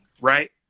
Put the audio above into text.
right